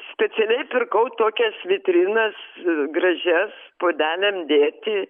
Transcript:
specialiai pirkau tokias vitrinas gražias puodeliam dėti